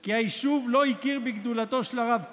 כי היישוב לא הכיר בגדולתו של הרב קוק,